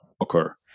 occur